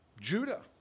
Judah